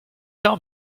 tell